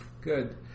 Good